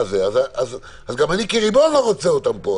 אז גם אני כריבון לא רוצה אותם פה.